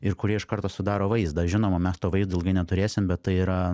ir kurie iš karto sudaro vaizdą žinoma mes to vaizdo ilgai neturėsim bet tai yra